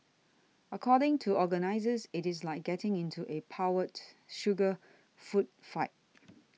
according to organizes it is like getting into a powdered sugar food fight